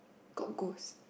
got ghost